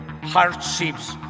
Hardships